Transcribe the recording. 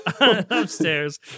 upstairs